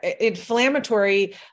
inflammatory